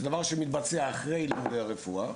זה דבר שמתבצע אחרי לימודי הרפואה,